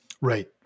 Right